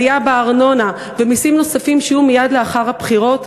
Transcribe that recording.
עלייה בארנונה ומסים נוספים שיהיו מייד לאחר הבחירות?